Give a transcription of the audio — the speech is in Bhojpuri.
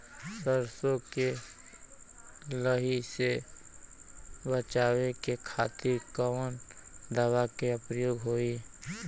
सरसो के लही से बचावे के खातिर कवन दवा के प्रयोग होई?